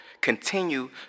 Continue